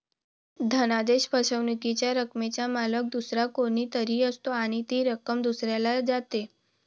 धनादेश फसवणुकीच्या रकमेचा मालक दुसरा कोणी तरी असतो आणि ती रक्कम दुसऱ्याला जाते